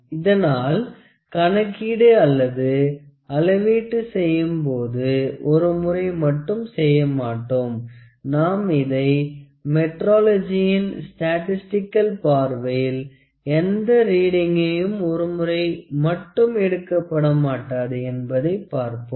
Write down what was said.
இதனால் கணக்கீடு அல்லது அளவீட்டு செய்யும் போது ஒருமுறை மட்டும் செய்ய மாட்டோம் நாம் இதை மெட்ரோலஜியின் ஸ்டாடிஸ்டிக்கல் பார்வையில் எந்த ரீடிங்கயும் ஒரு முறை மட்டும் எடுக்கப்பட மாட்டாது என்பதை பார்ப்போம்